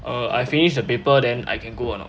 err I finish the paper then I can go or not